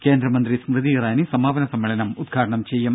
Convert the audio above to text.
കേന്ദ്രമന്ത്രി സ്മൃതി ഇറാനി സമാപന സമ്മേളനം ഉദ്ഘാടനം ചെയ്യും